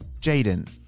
Jaden